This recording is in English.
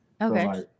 Okay